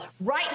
right